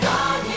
God